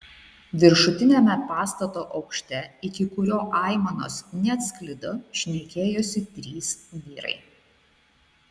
viršutiniame pastato aukšte iki kurio aimanos neatsklido šnekėjosi trys vyrai